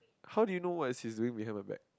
how do you know what is his doing behind my back